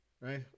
Right